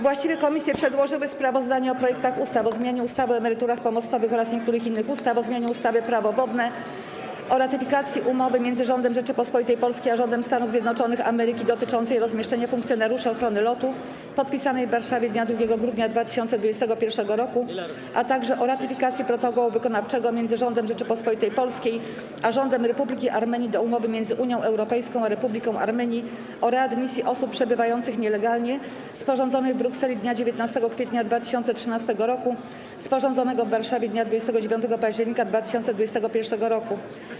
Właściwe komisje przedłożyły sprawozdania o projektach ustaw: - o zmianie ustawy o emeryturach pomostowych oraz niektórych innych ustaw, - o zmianie ustawy - Prawo wodne, - o ratyfikacji Umowy między Rządem Rzeczypospolitej Polskiej a Rządem Stanów Zjednoczonych Ameryki dotyczącej rozmieszczenia funkcjonariuszy ochrony lotu, podpisanej w Warszawie dnia 2 grudnia 2021 r., - o ratyfikacji Protokołu Wykonawczego między Rządem Rzeczypospolitej Polskiej a Rządem Republiki Armenii do Umowy między Unią Europejską a Republiką Armenii o readmisji osób przebywających nielegalnie, sporządzonej w Brukseli dnia 19 kwietnia 2013 roku, sporządzonego w Warszawie dnia 29 października 2021 roku.